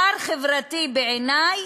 שר חברתי, בעיני,